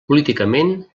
políticament